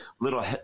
little